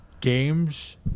games